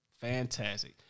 Fantastic